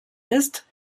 ist